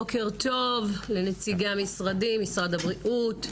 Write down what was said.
בוקר טוב לנציגי משרד הבריאות,